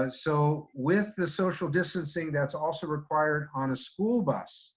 ah so with the social distancing that's also required on a school bus